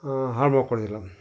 ಹಾಳ್ಮಾಡ್ಕೊಳ್ಳೋದಿಲ್ಲ